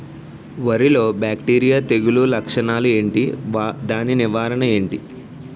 వరి లో బ్యాక్టీరియల్ తెగులు లక్షణాలు ఏంటి? దాని నివారణ ఏంటి?